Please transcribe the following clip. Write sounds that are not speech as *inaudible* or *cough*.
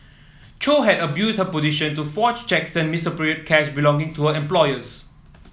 chow had abused her position to forge cheques *unintelligible* cash belonging to her employers